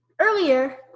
Earlier